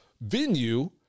venue